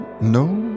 no